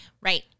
Right